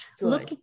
look